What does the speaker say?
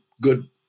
good